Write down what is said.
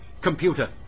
Computer